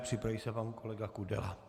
Připraví se pan kolega Kudela.